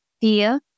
fear